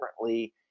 differently